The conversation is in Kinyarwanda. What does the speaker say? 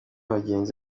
bagenzi